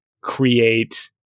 create